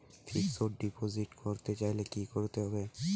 Fixed deposit করতে চাইলে কি করতে হবে?